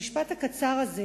המשפט הקצר הזה